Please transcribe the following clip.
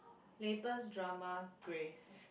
latest drama Greys